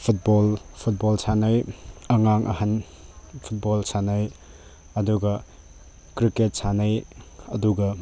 football football ꯁꯥꯟꯅꯩ ꯑꯉꯥꯡ ꯑꯍꯟ ꯐꯨꯠꯕꯣꯜ ꯁꯥꯟꯅꯩ ꯑꯗꯨꯒ ꯀ꯭ꯔꯤꯛꯀꯦꯠ ꯁꯥꯟꯅꯩ ꯑꯗꯨꯒ